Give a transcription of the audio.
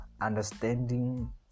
understanding